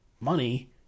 money